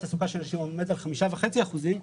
התעסוקה של נשים עומד על 5.5 אחוזים,